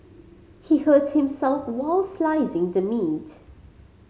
he hurt himself while slicing the meat